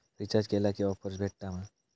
Recharge केला की offers भेटात मा?